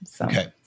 Okay